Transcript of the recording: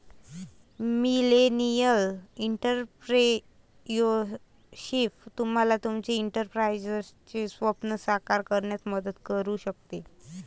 millennial entrepreneurship तुम्हाला तुमचे एंटरप्राइझचे स्वप्न साकार करण्यात मदत करू शकते